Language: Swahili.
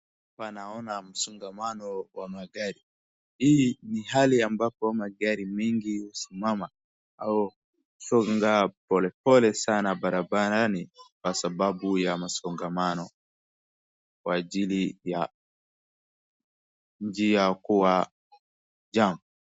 Hapa naona msongamano wa magari. Hii ni hali ambapo magari mengi husimama, au husonga polepole sana barabarani kwa sababu ya masongamano, kwa ajili ya njia kuwa jam .